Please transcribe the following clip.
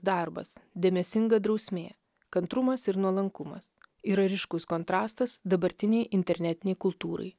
darbas dėmesinga drausmė kantrumas ir nuolankumas yra ryškus kontrastas dabartinei internetinei kultūrai